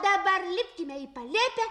dabar lipkime į palėpę